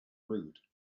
rude